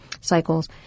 cycles